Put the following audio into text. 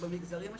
במגזרים השונים,